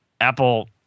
Apple